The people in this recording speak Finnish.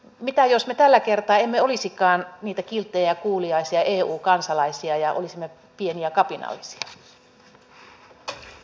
mitä jos me tällä kertaa emme olisikaan niitä kilttejä ja kuuliaisia eu kansalaisia ja olisimme pieniä kapinallisia